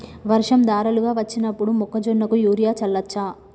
వర్షం ధారలుగా వచ్చినప్పుడు మొక్కజొన్న కు యూరియా చల్లచ్చా?